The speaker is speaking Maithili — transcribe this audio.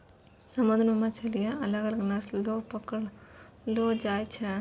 समुन्द्र मे मछली अलग अलग नस्ल रो पकड़लो जाय छै